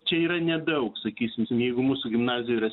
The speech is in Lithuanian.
čia yra nedaug sakysim jeigu mūsų gimnazijoj yra